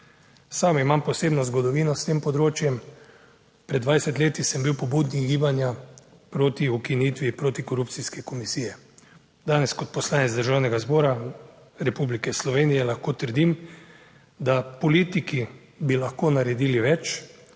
Sam imam posebno zgodovino s tem področjem. Pred 20 leti sem bil pobudnik gibanja proti ukinitvi protikorupcijske komisije, danes kot poslanec Državnega zbora Republike Slovenije lahko trdim, da politiki bi lahko naredili več,